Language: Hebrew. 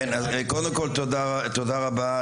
קודם כל תודה רבה,